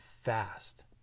fast